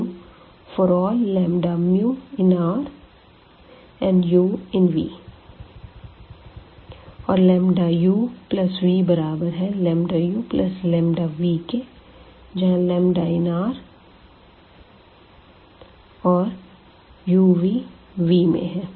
uλμu∀λμ∈Ru∈V और uv बराबर है uλv के जहाँ ∈R and all uv∈V है